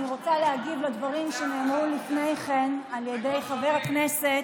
אני רוצה להגיב על הדברים שנאמרו לפני כן על ידי חבר הכנסת,